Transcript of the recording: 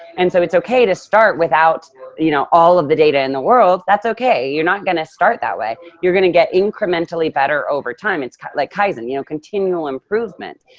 and so it's okay to start without you know all of the data in the world. that's okay. you're not gonna start that way. you're gonna get incrementally better over time. it's kind of like kaizen, you know, continual improvement.